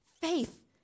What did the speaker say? faith